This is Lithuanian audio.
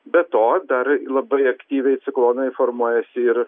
be to dar labai aktyviai ciklonai formuojasi ir